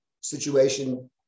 situation